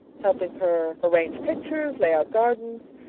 helping her arrange pictures, lay out gardens,